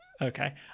Okay